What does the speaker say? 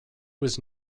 was